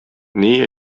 nii